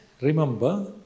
remember